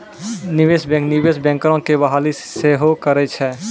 निवेशे बैंक, निवेश बैंकरो के बहाली सेहो करै छै